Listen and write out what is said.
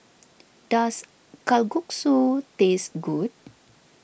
does Kalguksu taste good